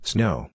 Snow